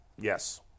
Yes